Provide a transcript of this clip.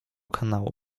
kanału